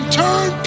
turn